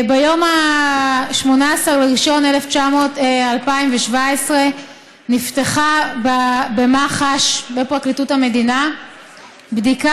ביום 18 בינואר 2017 נפתחה במח"ש בפרקליטות המדינה בדיקה